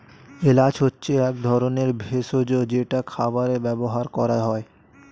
এলাচ হচ্ছে এক ধরনের ভেষজ যেটা খাবারে ব্যবহার করা হয়